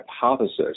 hypothesis